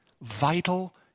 vital